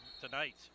tonight